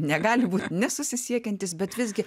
negali būt nesusisiekiantys bet visgi